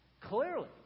Clearly